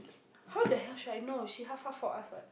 how the hell should I know she half half for us what